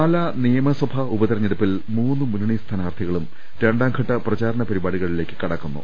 പാലാ നിയമസഭാ ഉപതിരഞ്ഞെടുപ്പിൽ മൂന്ന് മുന്നണി സ്ഥാനാർത്ഥികളും രണ്ടാം ഘട്ട പ്രചരണ പരിപാടികളിലേക്ക് കട ക്കുന്നു